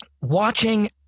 watching